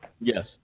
yes